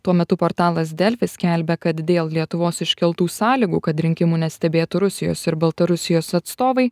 tuo metu portalas delfi skelbė kad dėl lietuvos iškeltų sąlygų kad rinkimų nestebėtų rusijos ir baltarusijos atstovai